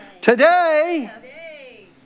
today